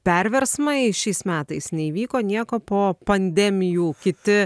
perversmai šiais metais neįvyko nieko po pandemijų kiti